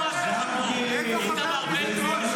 תגיד קרויזר,